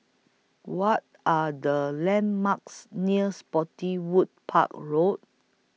What Are The landmarks near Spottiswoode Park Road